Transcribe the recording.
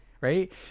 Right